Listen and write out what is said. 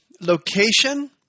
location